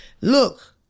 Look